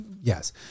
Yes